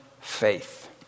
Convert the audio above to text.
faith